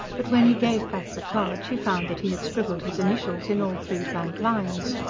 but when he gave back the card she found that he had scribbled his initials in all three blank lines.